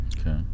Okay